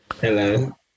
hello